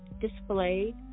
displayed